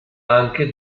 anche